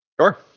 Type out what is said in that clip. Sure